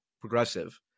progressive